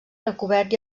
recobert